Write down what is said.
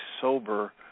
sober